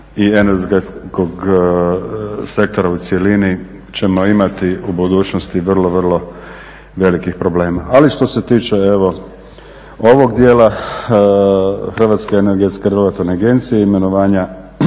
i energetskog sektora u cjelini ćemo imati u budućnosti vrlo vrlo velikih problema. Ali što se tiče ovog djela Hrvatske energetske regulatorne agencije, imenovanja